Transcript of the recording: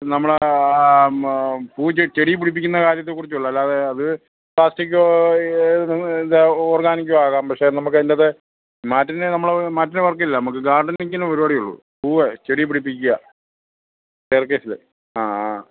നമ്മൾ പൂവ് ചെടി പിടിപ്പിക്കുന്ന കാര്യത്തെ കുറിച്ചുള്ളൂ അല്ലാതെ അത് പ്ലാസ്റ്റിക്കോ എന്താ ഓർഗാനിക്കോ ആകാം പക്ഷെ നമുക്ക് അതിൻ്റത് മാറ്റിന്റെ നമ്മൾ മാറ്റിന്റെ വർക്കില്ല നമുക്ക് ഗാർഡനിങ്ങിന് പരിപാടിയുള്ളൂ പൂവേ ചെടി പിടിപ്പിക്കുക സ്റ്റെയർകേസില് ആ ആ